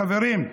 חברים,